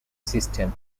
system